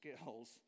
skills